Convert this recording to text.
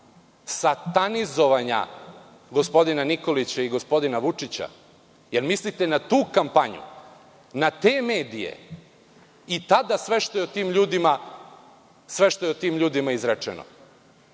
satanizovanja gospodina Nikolića, gospodina Vučića? Da li mislite na tu kampanju, na te medije i tada sve što je o tim ljudima izrečeno? Što